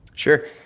Sure